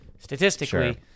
Statistically